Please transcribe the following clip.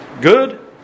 Good